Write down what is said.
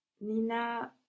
Nina